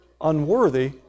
unworthy